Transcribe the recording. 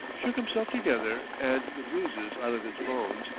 shook himself together and the bruises out of his bones,